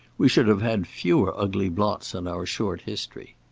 we should have had fewer ugly blots on our short history.